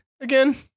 again